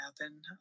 happen